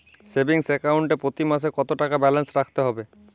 Savings account এ প্রতি মাসে কতো টাকা ব্যালান্স রাখতে হবে?